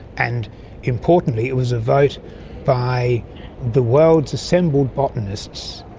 and importantly it was a vote by the world's assembled botanists,